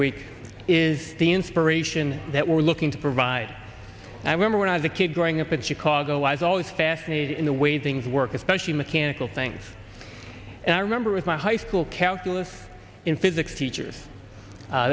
which is the inspiration that we're looking to provide i remember when i was a kid growing up in chicago i was always fascinated in the way things work especially mechanical things and i remember with my high school calculus in physics teachers